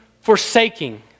forsaking